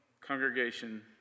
congregation